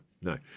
No